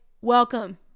welcome